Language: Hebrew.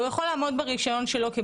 הוא יכול לעמוד ברישיון שלו.